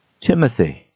Timothy